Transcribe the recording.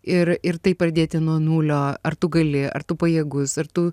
ir ir taip pradėti nuo nulio ar tu gali ar tu pajėgus ar tu